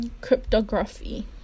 cryptography